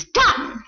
done